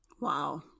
Wow